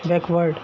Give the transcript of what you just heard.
back ward